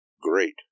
great